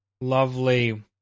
lovely